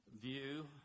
view